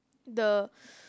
the